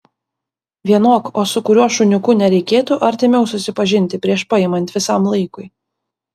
vienok o su kuriuo šuniuku nereikėtų artimiau susipažinti prieš paimant visam laikui